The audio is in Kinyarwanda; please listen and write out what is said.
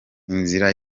inzira